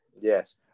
yes